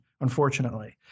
unfortunately